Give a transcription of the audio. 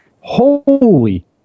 Holy